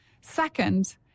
Second